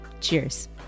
Cheers